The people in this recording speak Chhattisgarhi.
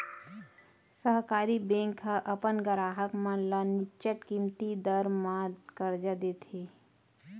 सहकारी बेंक ह अपन गराहक मन ल निच्चट कमती दर म करजा देथे